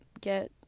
get